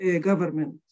government